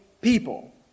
people